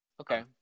Okay